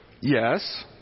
Yes